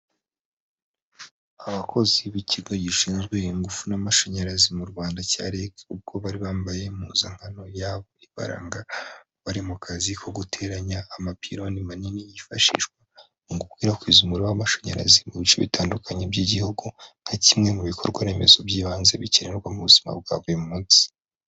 Abakozi b'ikigo gishinzwe ingufu n'amashanyarazi mu Rwanda cya REG, ubwo bari bambaye impuzankano yabo ibaranga bari mu kazi ko guteranya amapironi manini yifashishwa mu gukwirakwiza umubariro w'amashanyarazi mu bice bitandukanye by'igihugu nka kimwe mu bikorwa remezo by'ibanze bikenerwa mu buzima bwa buri munsi.